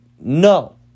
no